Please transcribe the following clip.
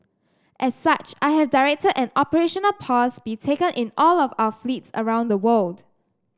as such I have directed an operational pause be taken in all of our fleets around the world